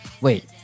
Wait